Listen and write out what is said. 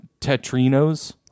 tetrinos